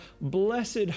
blessed